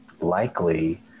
likely